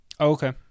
Okay